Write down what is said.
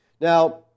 Now